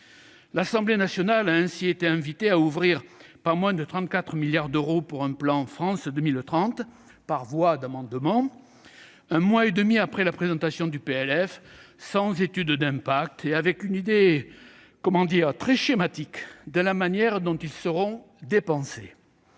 L'Assemblée nationale a ainsi été invitée à ouvrir pas moins de 34 milliards d'euros de crédits pour le plan France 2030 par voie d'amendement, un mois et demi après la présentation du projet de loi de finances, sans étude d'impact et avec une idée très schématique de la manière dont ils seront dépensés.